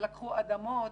אדמות